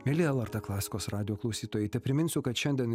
mieli lrt klasikos radijo klausytojai tepriminsiu kad šiandien